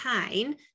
pain